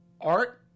art